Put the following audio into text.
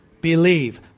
Believe